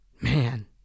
Man